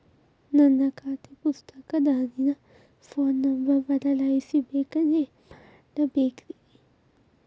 ನನ್ನ ಖಾತೆ ಪುಸ್ತಕದಾಗಿನ ಫೋನ್ ನಂಬರ್ ಬದಲಾಯಿಸ ಬೇಕಂದ್ರ ಏನ್ ಮಾಡ ಬೇಕ್ರಿ?